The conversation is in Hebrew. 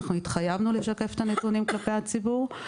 התחייבנו לשקף את הנתונים כלפי הציבור.